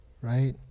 right